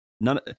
none